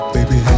Baby